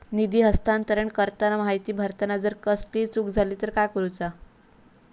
निधी हस्तांतरण करताना माहिती भरताना जर कसलीय चूक जाली तर काय करूचा?